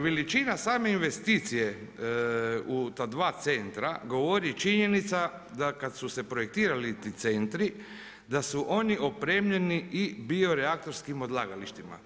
Veličina same investicije u ta 2 centra, govori činjenica da kad su se projektirali ti centri, da su oni opremljeni i bio reaktorskim odlagalištima.